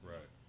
Right